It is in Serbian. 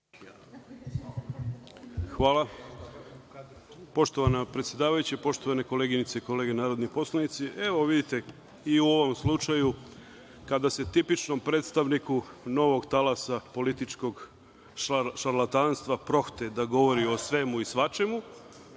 Đokić** Poštovana predsedavajuća, poštovane koleginice i kolege narodni poslanici, evo, vidite i u ovom slučaju, kada se tipičnom predstavniku novog talasa političkog šarlatanstva prohte da govori o svemu i svačemu,